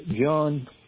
John